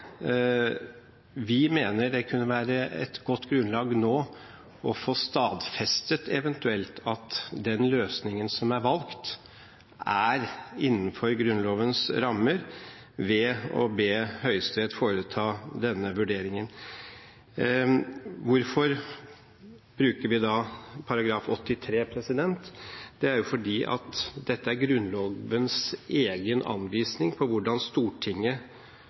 vi mener det nå kunne være et godt grunnlag for eventuelt å få stadfestet at den løsningen som er valgt, er innenfor Grunnlovens rammer, ved å be Høyesterett foreta denne vurderingen. Hvorfor bruker vi da § 83? Det er fordi dette er Grunnlovens egen anvisning om hvordan Stortinget